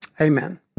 Amen